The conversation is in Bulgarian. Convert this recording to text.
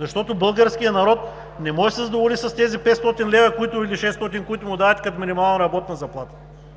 Защото българският народ не може да се задоволи с тези 500 или 600 лв., които му давате като минимална работна заплата.